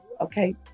okay